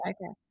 Okay